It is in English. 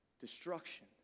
destruction